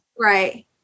Right